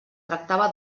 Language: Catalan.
tractava